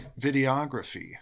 videography